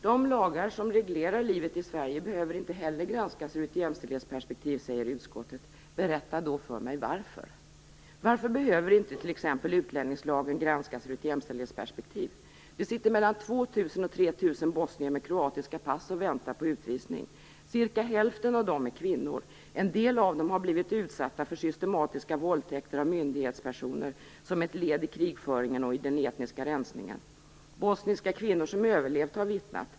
De lagar som reglerar livet i Sverige behöver inte heller granskas ur ett jämställdhetsperspektiv, säger utskottet. Berätta då för mig varför! Varför behöver inte t.ex. utlänningslagen granskas ur ett jämställdhetsperspektiv? Det sitter mellan 2 000 och 3 000 bosnier med kroatiska pass och väntar på utvisning. Cirka hälften av dem är kvinnor. En del av dem har blivit utsatta för systematiska våldtäkter av myndighetspersoner som ett led i krigföringen och den etniska rensningen. Bosniska kvinnor som överlevt har vittnat.